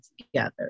together